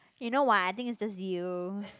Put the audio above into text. you know what I think it's just you